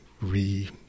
re